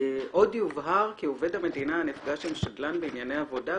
"עוד יובהר כי עובד מדינה הנפגש עם שדלן בכל